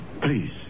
Please